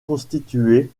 constituées